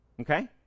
Okay